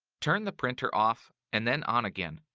turn the printer off and then on again.